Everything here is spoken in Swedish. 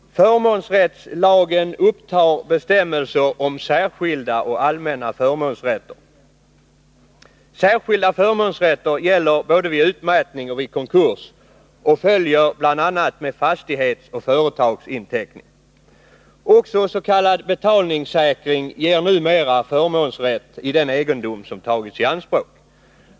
Förmånsrättslagen upptar bestämmelser om särskilda och allmänna förmånsrätter. Särskilda förmånsrätter gäller både vid utmätning och vid konkurs och följer bl.a. med fastighetsoch företagsinteckning. Också s.k. betalningssäkring ger numera förmånsrätt i den egendom som tagits i anspråk.